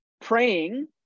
praying